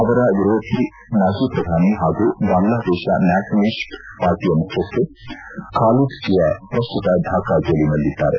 ಅವರ ವಿರೋಧಿ ಮಾಜಿ ಪ್ರಧಾನಿ ಹಾಗೂ ಬಾಂಗ್ಲಾ ದೇಶ ನ್ಯಾಷನಲಿಸ್ಟ್ ಪಾರ್ಟಿಯ ಮುಖ್ಯಸ್ಥೆ ಖಾಲಿದ ಜಿಯಾ ಪ್ರಸ್ತುತ ಢಾಕಾ ಜೈಲಿನಲ್ಲಿದ್ದಾರೆ